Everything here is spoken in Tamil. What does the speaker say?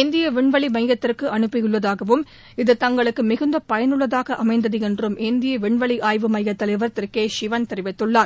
இந்திய விண்வெளி மையத்திற்கு அனுப்பியுள்ளதாகவும் இது தங்களுக்கு மிகுந்த பயனுள்ளதாக அமைந்தது என்றும் இந்திய விண்வெளி ஆய்வு மைய தலைவர் திரு கே சிவன் தெரிவித்தார்